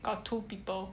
got two people